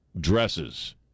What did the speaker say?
dresses